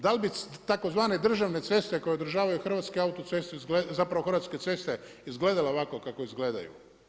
Da li bi tzv. državne ceste koje odražavaju Hrvatske autoceste, zapravo Hrvatske ceste, izgledale ovako kao izgledaju?